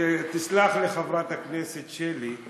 ותסלח לי חברת הכנסת שלי,